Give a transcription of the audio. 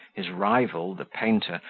his rival, the painter,